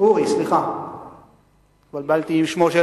אף שהדברים לא מנומסים